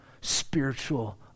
spiritual